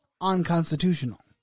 unconstitutional